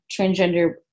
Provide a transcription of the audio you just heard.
transgender